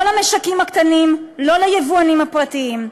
לא למשקים הקטנים, לא ליבואנים הפרטיים.